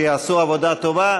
שיעשו עבודה טובה.